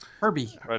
Herbie